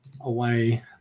away